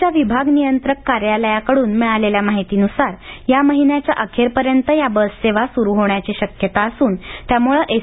च्या विभाग नियंत्रक कार्यालयाकडून मिळालेल्या माहितीनुसार या महिन्याच्या अखेरपर्यंत या बससेवा सुरू होण्याची शक्यता असून त्यामुळं एस